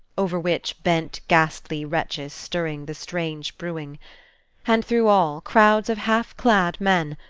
over which bent ghastly wretches stirring the strange brewing and through all, crowds of half-clad men,